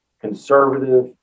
conservative